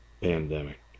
pandemic